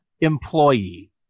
employee